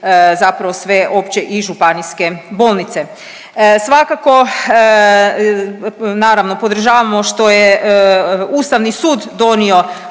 zapravo sve opće i županijske bolnice. Svakako naravno podržavamo što je Ustavni sud donio